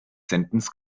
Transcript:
sentence